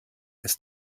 ist